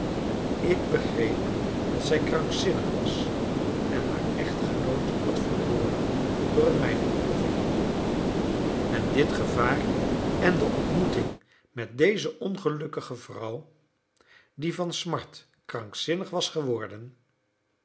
ik begreep dat zij krankzinnig was en haar echtgenoot had verloren door een mijnontploffing en dit gevaar en de ontmoeting met deze ongelukkige vrouw die van smart krankzinnig was geworden